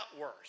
worse